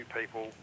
people